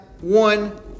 one